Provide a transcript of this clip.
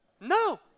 No